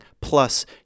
plus